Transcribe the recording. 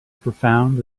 profound